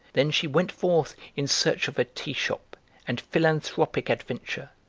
then she went forth in search of a tea-shop and philanthropic adventure,